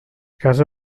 casa